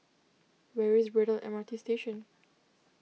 where is Braddell M R T Station